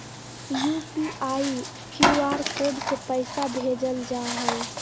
UPI, QR code से पैसा भेजल जा हइ